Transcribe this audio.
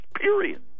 period